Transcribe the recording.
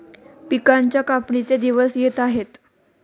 पिकांच्या कापणीचे दिवस येत आहेत